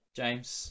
james